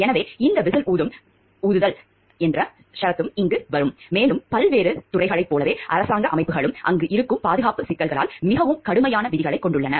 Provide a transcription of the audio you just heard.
எனவே இந்த விசில் ஊதுதல் என்ற ஷரத்தும் இங்கு வரும் மேலும் பல்வேறு துறைகளைப் போலவே அரசாங்க அமைப்புகளும் அங்கு இருக்கும் பாதுகாப்புச் சிக்கல்களால் மிகவும் கடுமையான விதிகளைக் கொண்டுள்ளன